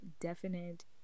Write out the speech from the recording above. definite